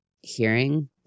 hearing